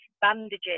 bandages